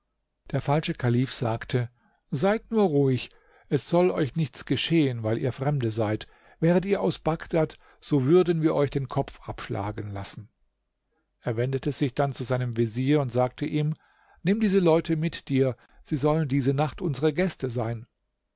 der falsche kalif sagte seid nur ruhig es soll euch nichts geschehen weil ihr fremde seid wäret ihr aus bagdad so würden wir euch den kopf abschlagen lassen er wendete sich dann zu seinem vezier und sagte ihm nimm diese leute mit dir sie sollen diese nacht unsere gäste sein